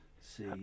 See